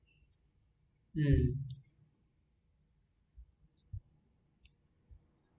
um